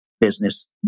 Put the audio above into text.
business